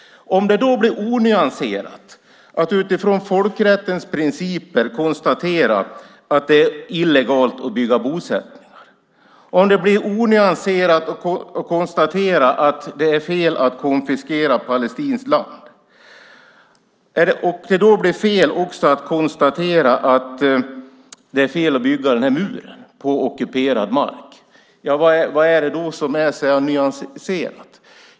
Om det då blir onyanserat att utifrån folkrättens principer konstatera att det är illegalt att bygga bosättningar, om det blir onyanserat att konstatera att det är fel att konfiskera palestinskt land, om det också blir fel att konstatera att det är fel att bygga muren på ockuperad mark, vad är det då som är nyanserat?